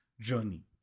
journey